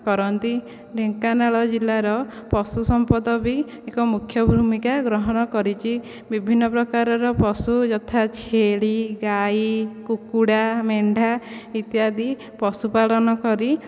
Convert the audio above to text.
କରନ୍ତି ଢେଙ୍କାନାଳ ଜିଲ୍ଲାର ପଶୁସମ୍ପଦ ବି ଏକ ମୁଖ୍ୟ ଭୂମିକା ଗ୍ରହଣ କରିଛି ବିଭିନ୍ନ ପ୍ରକାରର ପଶୁ ଯଥା ଛେଳି ଗାଈ କୁକୁଡ଼ା ମେଣ୍ଢା ଇତ୍ୟାଦି ପଶୁପାଳନ କରି